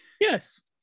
Yes